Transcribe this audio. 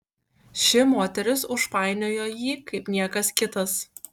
ši moteris užpainiojo jį kaip niekas kitas